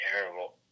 terrible